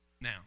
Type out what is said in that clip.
Now